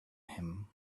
him